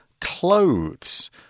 clothes